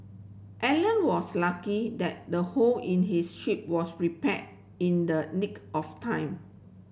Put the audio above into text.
Alan was lucky that the hole in his ship was repair in the nick of time